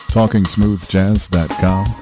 TalkingSmoothJazz.com